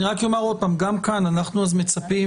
אני רק אומר עוד פעם, גם כאן אנחנו אז מצפים,